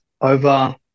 over